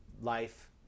life